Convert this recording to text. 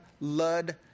Lud